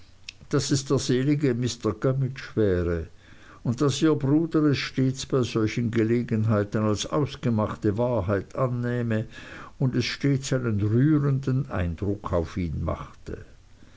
daß es der selige mr gummidge wäre und daß ihr bruder es stets bei solchen gelegenheiten als ausgemachte wahrheit annähme und es stets einen rührenden eindruck auf ihn machte